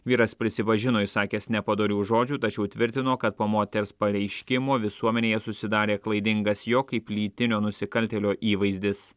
vyras prisipažino išsakęs nepadorių žodžių tačiau tvirtino kad po moters pareiškimo visuomenėje susidarė klaidingas jo kaip lytinio nusikaltėlio įvaizdis